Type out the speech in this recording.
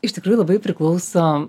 iš tikrųjų labai priklauso